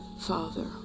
Father